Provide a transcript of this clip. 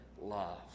love